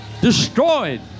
Destroyed